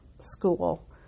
School